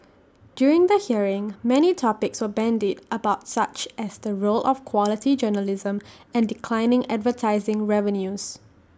during the hearing many topics were bandied about such as the role of quality journalism and declining advertising revenues